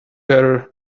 there